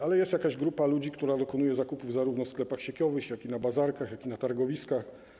Ale jest jakaś grupa ludzi, która dokonuje zakupów zarówno w sklepach sieciowych, jak i na bazarkach, targowiskach.